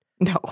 No